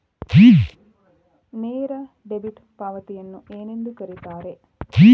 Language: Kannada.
ನೇರ ಡೆಬಿಟ್ ಪಾವತಿಯನ್ನು ಏನೆಂದು ಕರೆಯುತ್ತಾರೆ?